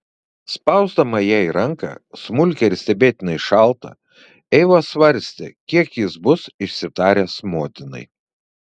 spausdama jai ranką smulkią ir stebėtinai šaltą eiva svarstė kiek jis bus išsitaręs motinai